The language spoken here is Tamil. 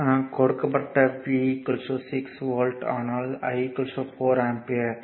அடுத்ததாக கொடுக்கப்பட்ட V 6 வோல்ட் ஆனால் I 4 ஆம்பியர்